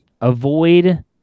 Avoid